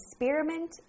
experiment